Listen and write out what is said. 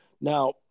Now